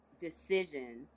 decision